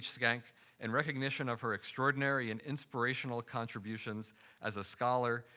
schenk in recognition of her extraordinary and inspirational contributions as a scholar,